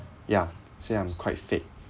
yeah say I'm quite fake